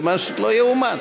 זה משהו שלא ייאמן.